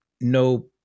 no